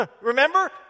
remember